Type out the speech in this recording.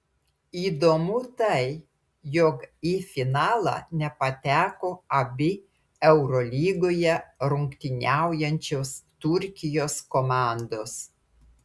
įdomu tai jog į finalą nepateko abi eurolygoje rungtyniaujančios turkijos komandos